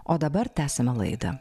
o dabar tęsiame laidą